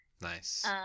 nice